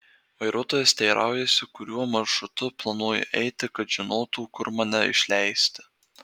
vairuotojas teiraujasi kuriuo maršrutu planuoju eiti kad žinotų kur mane išleisti